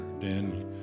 Dan